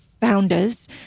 founders